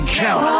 count